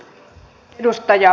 arvoisa puhemies